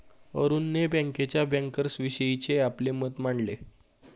अरुणने बँकेच्या बँकर्सविषयीचे आपले मत मांडले